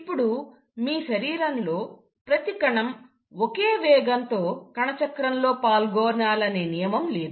ఇప్పుడు మీ శరీరంలో ప్రతి కణం ఒకే వేగంతో కణచక్రం లో పాల్గొనాలనే నియమం లేదు